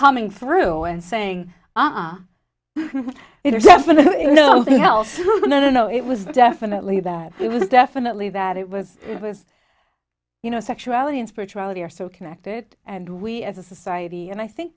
coming through and saying ah no no no no no it was definitely that it was definitely that it was it was you know sexuality and spirituality are so connected and we as a society and i think